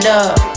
up